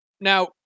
Now